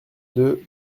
deux